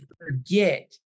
forget